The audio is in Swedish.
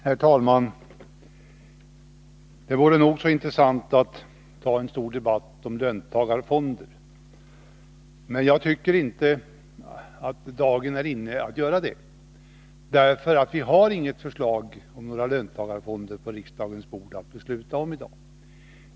Herr talman! Det vore nog så intressant att ta en stor debatt om löntagarfonder, men jag tycker inte att dagen är inne att göra det, för vi har inget förslag om några löntagarfonder på riksdagens bord att besluta om i dag.